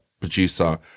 producer